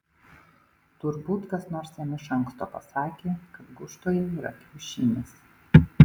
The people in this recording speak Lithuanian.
turbūt kas nors jam iš anksto pasakė kad gūžtoje yra kiaušinis